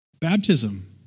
baptism